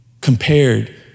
compared